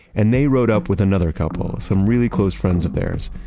and they rode up with another couple some really close friends of theirs,